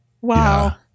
wow